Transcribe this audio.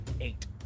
eight